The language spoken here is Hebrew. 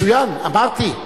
מצוין, אמרתי.